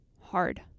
hard